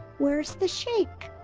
where's the sheik?